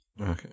Okay